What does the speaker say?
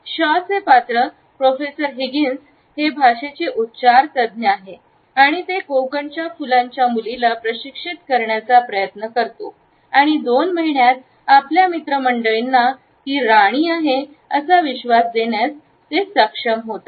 शॉचे पात्र professor Higgins हे भाषेचे उच्चारतज्ज्ञ आहेत आणि ते कोकणच्या फुलांच्या मुलीला प्रशिक्षित करण्याचा प्रयत्न करतो आणि दोन महिन्यांत आपल्या मित्रमंडळींना ती राणी आहे असा विश्वास देण्यास सक्षम होतो